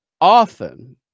often